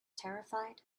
terrified